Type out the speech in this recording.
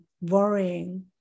worrying